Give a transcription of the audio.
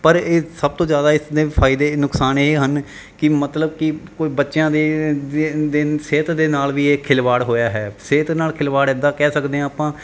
ਪਰ ਇਹ ਸਭ ਤੋਂ ਜ਼ਿਆਦਾ ਇਸ ਦੇ ਫਾਇਦੇ ਨੁਕਸਾਨ ਇਹ ਹਨ ਕਿ ਮਤਲਬ ਕਿ ਕੋਈ ਬੱਚਿਆਂ ਦੇ ਸਿਹਤ ਦੇ ਨਾਲ ਵੀ ਇਹ ਖਿਲਵਾੜ ਹੋਇਆ ਹੈ ਸਿਹਤ ਨਾਲ ਖਿਲਵਾੜ ਇੱਦਾਂ ਕਹਿ ਸਕਦੇ ਹਾਂ ਆਪਾਂ